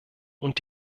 und